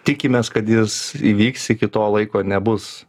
tikimės kad jis įvyks iki to laiko nebus